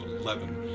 eleven